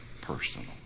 personal